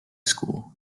school